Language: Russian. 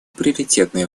приоритетное